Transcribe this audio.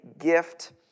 gift